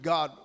God